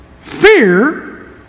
fear